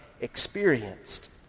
experienced